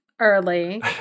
early